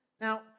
Now